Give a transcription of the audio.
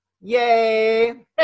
yay